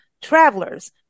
travelers